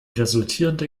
resultierende